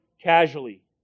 casually